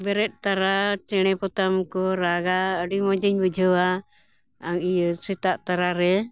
ᱵᱮᱨᱮᱫ ᱛᱟᱨᱟ ᱪᱮᱬᱮ ᱯᱚᱛᱟᱢ ᱠᱚ ᱨᱟᱜᱟ ᱟᱹᱰᱤ ᱢᱚᱡᱽ ᱤᱧ ᱵᱩᱡᱷᱟᱹᱣᱟ ᱤᱭᱟᱹ ᱥᱮᱛᱟᱜ ᱛᱟᱨᱟ ᱨᱮ